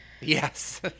Yes